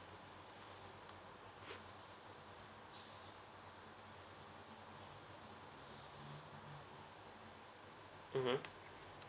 mmhmm